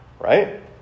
right